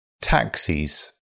Taxis